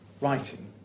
writing